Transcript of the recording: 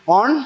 on